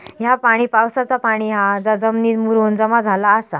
ह्या पाणी पावसाचा पाणी हा जा जमिनीत मुरून जमा झाला आसा